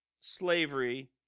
slavery